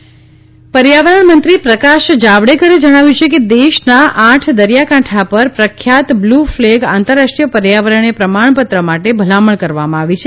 પ્રકાશ જાવડેકર પર્યાવરણ મંત્રી પ્રકાશ જાવડેકરે જણાવ્યું છે કે દેશના આઠ દરિયાકાંઠા પર પ્રખ્યાત બ્લુ ફલેગ આંતરરાષ્ટ્રીય પર્યાવરણીય પ્રમાણપત્ર માટે ભલામણ કરવામાં આવી છે